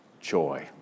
Joy